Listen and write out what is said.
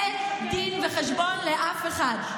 אין דין וחשבון לאף אחד.